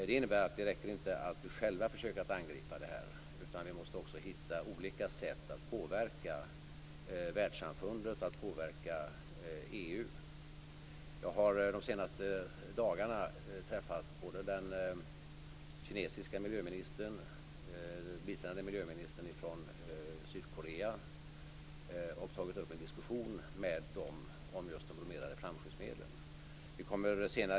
Det innebär att det inte räcker att vi själva försöker angripa det här, utan vi måste hitta olika sätt att påverka världssamfundet och påverka EU. Jag har de senaste dagarna träffat både den kinesiska miljöministern och biträdande miljöministern från Sydkorea och tagit upp en diskussion med dem om just de bromerade flamskyddsmedlen.